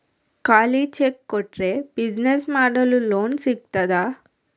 ಖಾಲಿ ಚೆಕ್ ಕೊಟ್ರೆ ಬಿಸಿನೆಸ್ ಮಾಡಲು ಲೋನ್ ಸಿಗ್ತದಾ?